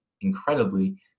incredibly